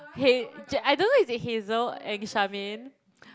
hey Jack I don't know is it Hazel and Charmaine